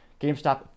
GameStop